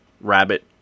rabbit